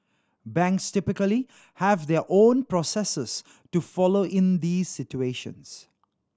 banks typically have their own processes to follow in these situations